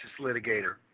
litigator